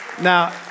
Now